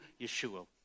Yeshua